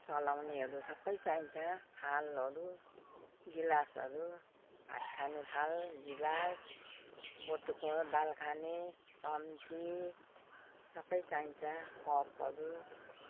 चलाउनेहरू सबै चाहिन्छ थालहरू गिलासहरू भात खाने थाल गिलास बटुको दाल खाने चम्ची सबै चाहिन्छ कपहरू